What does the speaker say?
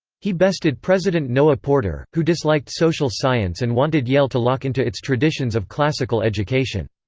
he bested president noah porter, who disliked social science and wanted yale to lock into its traditions of classical education.